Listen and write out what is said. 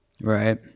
right